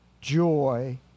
joy